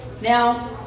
Now